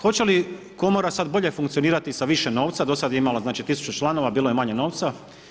Hoće li komora sada bolje funkcionirati sa više novca, do sada je imala tisuću članova bilo je manje novca?